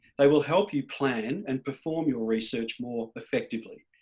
they will help you plan and perform your research more effectively.